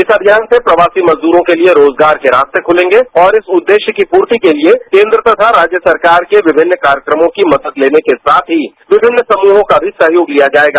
इस अभियान से प्रवासी मजदूरों के लिये रोजगार के रास्ते खुलंगे और इस उद्देश्य की पूर्ति के लिये केन्द्र तथा राण्य सरकार के विभिन्न कार्यक्रमों की मदद लेने के साथ ही विभिन्न समूहों का भी सहयोग लिया जायेगा